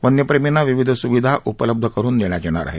वन्य प्रेमींना विविध स्विधा उपलब्ध करून देण्यात येणार आहेत